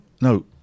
no